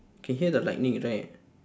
you can hear the lightning right